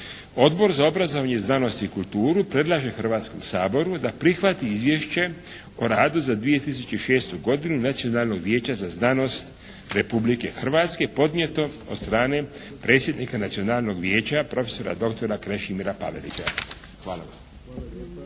Odbor za obrazovanje, znanost i kulturu predlaže Hrvatskom saboru da prihvati izvješće o radu za 2006. godinu Nacionalnog vijeća za znanost Republike Hrvatske podnijetom od strane predsjednika Nacionalnog vijeća prof.dr. Krešimira Pavelića. Hvala.